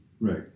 Right